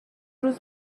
روز